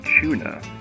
Tuna